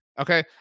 Okay